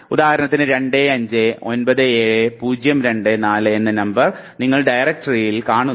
ഉദാഹരണത്തിന് 2 5 9 7 0 2 4 എന്ന നമ്പർ നിങ്ങൾ ഡയറക്ടറിയിൽ കാണുന്നു